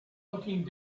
looking